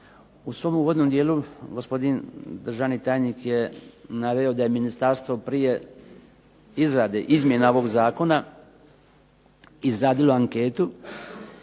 U svom uvodnom dijelu gospodin državni tajnik je naveo da je ministarstvo prije izrade izmjena ovog zakona izradilo anketu